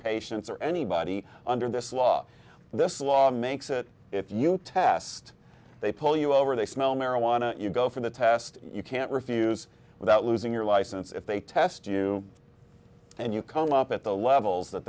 patients or anybody under this law this law makes it if you test they pull you over they smell marijuana you go for the test you can't refuse without losing license if they test you and you come up at the levels that